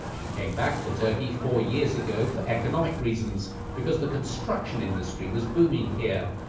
she came back to turkey four years ago for economic reasons, because the construction industry was booming here.